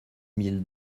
mille